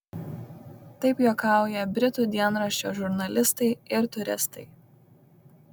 taip juokauja britų dienraščio žurnalistai ir turistai